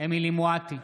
אמילי חיה מואטי,